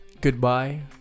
Goodbye